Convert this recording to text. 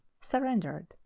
surrendered